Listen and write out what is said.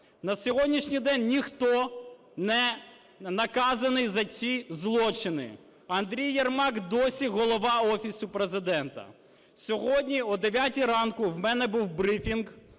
На сьогоднішній день ніхто не наказаний за ці злочини. Андрій Єрмак досі голова Офісу Президента. Сьогодні о 9-й ранку в мене був брифінг